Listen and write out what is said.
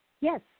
yes